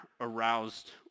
aroused